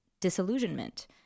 disillusionment